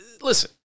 listen